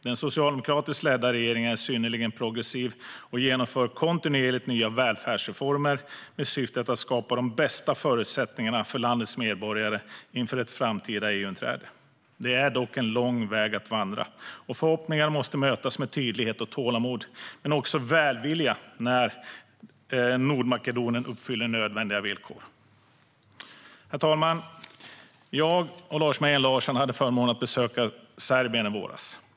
Den socialdemokratiskt ledda regeringen är synnerligen progressiv och genomför kontinuerligt nya välfärdsreformer med syftet att skapa de bästa förutsättningarna för landets medborgare inför ett framtida EU-inträde. Det är dock en lång väg att vandra. Förhoppningar måste mötas med tydlighet och tålamod men också med välvilja när Nordmakedonien uppfyller nödvändiga villkor. Herr talman! Jag och Lars Mejern Larsson hade förmånen att besöka Serbien i våras.